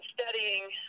studying